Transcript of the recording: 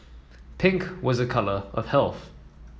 pink was a colour of health